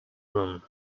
room